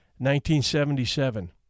1977